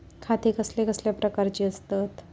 खाते कसल्या कसल्या प्रकारची असतत?